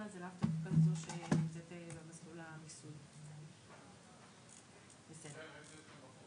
אז תדע לך שאתה תהיה דייר סרבן ואנחנו נלך איתך לבית